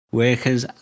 workers